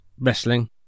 wrestling